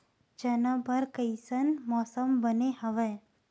चना बर कइसन मौसम बने हवय?